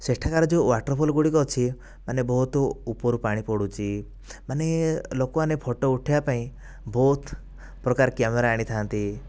ସେଠିକାର ଯେଉଁ waterfall ଗୁଡିକ ଅଛି ମାନେ ବହୁତ ଉପରୁ ପାଣି ପଡ଼ୁଛି ମାନେ ଲୋକମାନେ ଫଟୋ ଉଠାଇବା ପାଇଁ ବହୁତ ପ୍ରକାର କ୍ୟାମେରା ଆଣିଥାନ୍ତି